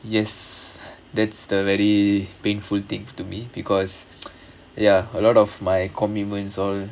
yes that's the very painful thing to me because ya a lot of my commitments all